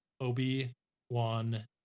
obi-wan